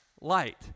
Light